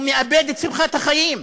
הוא מאבד את שמחת החיים,